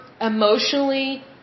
emotionally